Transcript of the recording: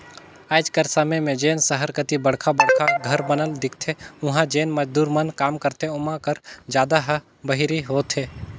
आएज कर समे में जेन सहर कती बड़खा बड़खा घर बनत दिखथें उहां जेन मजदूर मन काम करथे ओमा कर जादा ह बाहिरी होथे